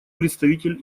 представитель